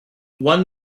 one